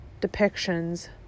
depictions